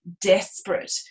desperate